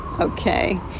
okay